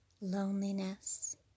loneliness